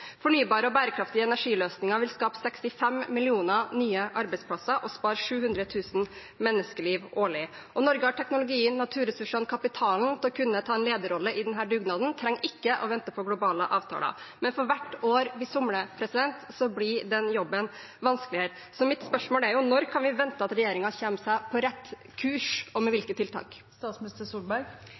Fornybare og bærekraftige energiløsninger vil skape 65 millioner nye arbeidsplasser og spare 700 000 menneskeliv årlig. Norge har teknologien, naturressursene og kapitalen til å kunne ta en lederrolle i denne dugnaden – en trenger ikke å vente på globale avtaler. Men for hvert år vi somler, blir denne jobben vanskeligere. Så mitt spørsmål er: Når kan vi vente at regjeringen kommer seg på rett kurs, og med hvilke tiltak?